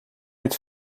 het